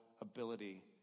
ability